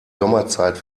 sommerzeit